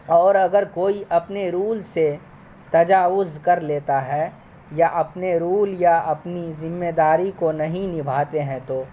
اور اگر کوئی اپنے رول سے تجاوز کر لیتا ہے یا اپنے رول یا اپنی ذمےداری کو نہیں نبھاتے ہیں تو